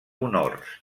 honors